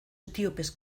etíopes